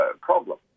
problem